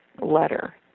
letter